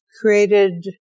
created